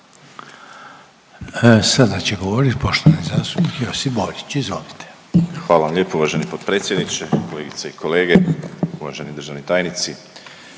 Sada će govoriti poštovani zastupnik Josip Borić. Izvolite. **Borić, Josip (HDZ)** Hvala vam lijepo uvaženi potpredsjedniče. Kolegice i kolege. Uvaženi državni tajnici.